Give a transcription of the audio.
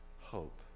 hope